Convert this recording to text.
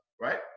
right